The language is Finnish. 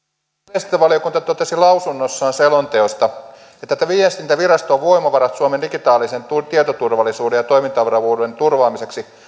viestintävaliokunta totesi lausunnossaan selonteosta että viestintäviraston voimavarat suomen digitaalisen tietoturvallisuuden ja toimintavarmuuden turvaamiseksi